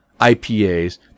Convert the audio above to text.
ipas